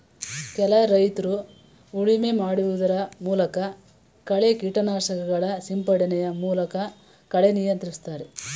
ಕೆಲ ರೈತ್ರು ಉಳುಮೆ ಮಾಡಿಸುವುದರ ಮೂಲಕ, ಕಳೆ ಕೀಟನಾಶಕಗಳ ಸಿಂಪಡಣೆಯ ಮೂಲಕ ಕಳೆ ನಿಯಂತ್ರಿಸ್ತರೆ